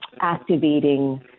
activating